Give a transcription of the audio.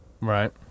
Right